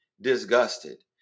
disgusted